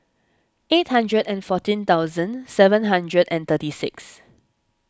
eight hundred and fourteen thousand seven hundred and thirty six